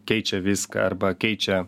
keičia viską arba keičia